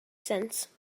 sense